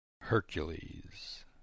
HERCULES